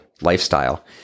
lifestyle